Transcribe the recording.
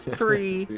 three